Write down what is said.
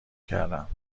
کردم